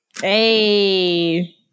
Hey